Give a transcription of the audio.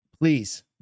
please